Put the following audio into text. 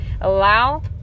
allow